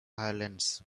violence